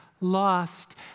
lost